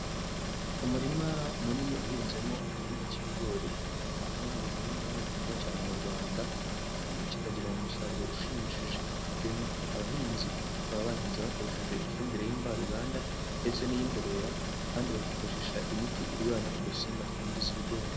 Umurima munini uhinzemo igihingwa k'bigori. Kimwe mu bihingwa bihingwa cyane mu Rwanda kandi kikagira umusaruro ushimishije bitewe n'uko abahinzi baba bahinze bakoresheje ifumbire y'imvaruganda ndetse n'iy'imborera, kandi bakifashisha imiti irwanya udusimba twangiza ibigori.